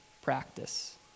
practice